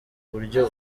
buryo